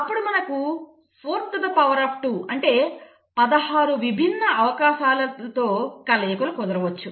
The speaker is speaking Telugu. అప్పుడు మనకు 4² అంటే 16 విభిన్న అవకాశాలతో కలయికలు కుదరవచ్చు